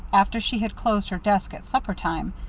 after she had closed her desk at supper time,